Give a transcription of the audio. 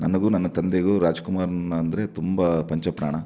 ನನಗು ನನ್ನ ತಂದೆಗು ರಾಜ್ಕುಮಾರ್ ಅಂದರೆ ತುಂಬ ಪಂಚ ಪ್ರಾಣ